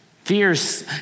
Fears